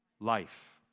life